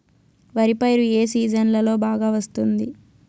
వరి పైరు ఏ సీజన్లలో బాగా వస్తుంది